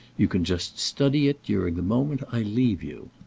you can just study it during the moment i leave you.